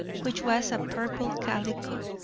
which was a purple calico.